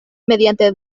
mediante